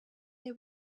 they